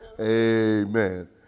Amen